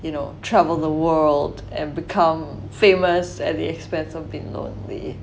you know travel the world and become famous at the expense of being lonely